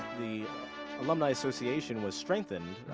the alumni association was strengthened